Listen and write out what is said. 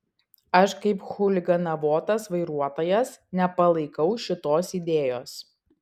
aš kaip chuliganavotas vairuotojas nepalaikau šitos idėjos